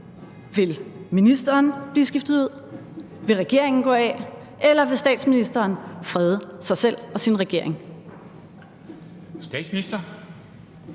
Vil ministeren blive skiftet ud? Vil regeringen gå af? Eller vil statsministeren frede sig selv og sin regering?